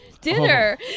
dinner